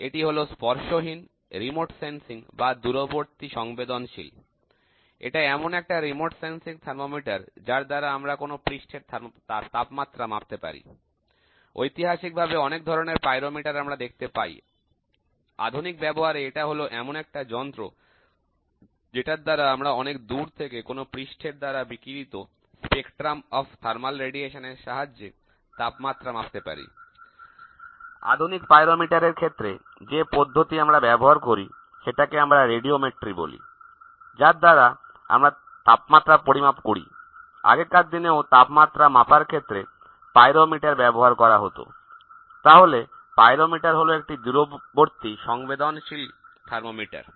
এটি হলো স্পর্শহীন দূরবর্তী সংবেদনশীল এটা এমন একটা রিমোট সেন্সিং থার্মোমিটার যার দ্বারা আমরা কোন পৃষ্ঠের তাপমাত্রা মাপতে পারি ঐতিহাসিকভাবে অনেক ধরনের পাইরোমিটার আমরা দেখতে পাই আধুনিক ব্যবহারে এটা হল এমন একটা যন্ত্র যেটার দ্বারা আমরা অনেক দূর থেকে কোন পৃষ্ঠের দ্বারা তাপীয় বিকিরণের বর্ণালী এর সাহায্যে তাপমাত্রা মাপতে পারি আধুনিক পাইরোমিটার এর ক্ষেত্রে যে পদ্ধতি আমরা ব্যবহার করি সেটাকে আমরা রেডিওমেট্রি বলি যার দ্বারা আমরা তাপমাত্রা পরিমাপ করি আগেকার দিনেও তাপমাত্রা মাপার ক্ষেত্রে তাপ পরিমাপক যন্ত্র ব্যবহার করা হতো তাহলে তাপ পরিমাপক যন্ত্র হলো একটি দূরবর্তী সংবেদনশীল থার্মোমিটার